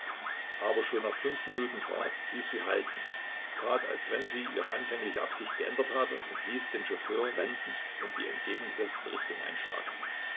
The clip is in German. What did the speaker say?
aber schon nach fünf minuten fahrt ließ sie halten tat als wenn sie ihre anfängliche absicht geändert habe und hieß den chauffeur wenden und die entgegengesetzte richtung einschlagen